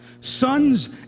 sons